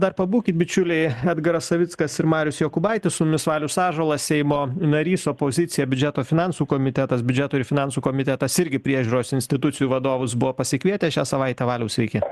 dar pabūkit bičiuliai edgaras savickas ir marius jokūbaitis su mumis valius ąžuolas seimo narys opozicija biudžeto finansų komitetas biudžeto ir finansų komitetas irgi priežiūros institucijų vadovus buvo pasikvietę šią savaitę valiau sveiki